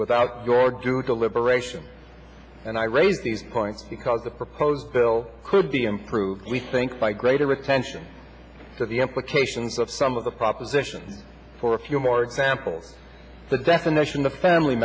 without your due deliberation and i raised the point because the proposed bill could be improved we think by greater attention to the implications of some of the proposition for a few more examples the definition the family